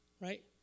right